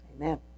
Amen